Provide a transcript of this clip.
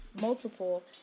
multiple